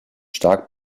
stark